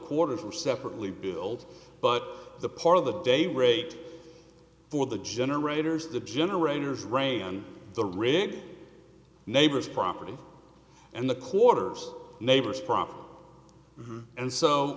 quarters were separately billed but the part of the day rate for the generators the generators ray and the rig neighbor's property and the quarters neighbor's property and so